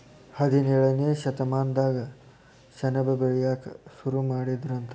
ಹದಿನೇಳನೇ ಶತಮಾನದಾಗ ಸೆಣಬ ಬೆಳಿಯಾಕ ಸುರು ಮಾಡಿದರಂತ